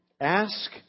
ask